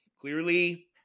clearly